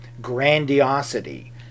grandiosity